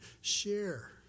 Share